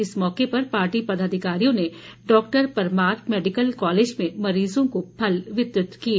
इस मौके पर पार्टी पदाधिकारियों ने डॉक्टर परमार मैडिकल कॉलेज में मरीजों को फल वितरित किए